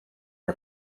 are